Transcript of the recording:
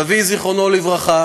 סבי, זיכרונו לברכה,